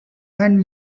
and